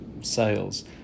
sales